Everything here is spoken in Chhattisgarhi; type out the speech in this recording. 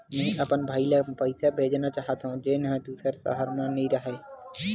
मेंहा अपन भाई ला पइसा भेजना चाहत हव, जेन हा दूसर शहर मा रहिथे